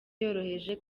yoroheje